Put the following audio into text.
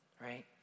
right